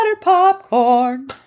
popcorn